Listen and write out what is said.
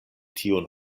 tiun